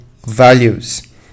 values